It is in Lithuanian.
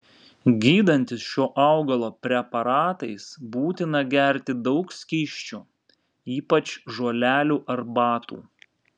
gydantis šio augalo preparatais būtina gerti daug skysčių ypač žolelių arbatų